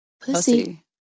Pussy